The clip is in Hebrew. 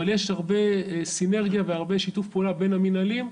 אבל יש הרבה סינרגיה והרבה שיתוף פעולה בין המנהלים.